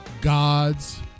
god's